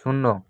শূন্য